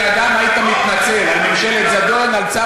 משניא יהדות שכמוך.